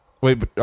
Wait